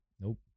Nope